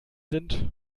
sind